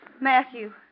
Matthew